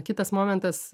kitas momentas